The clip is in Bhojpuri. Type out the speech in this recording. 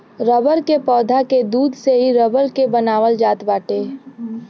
रबर के पौधा के दूध से ही रबर के बनावल जात बाटे